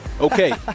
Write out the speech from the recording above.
okay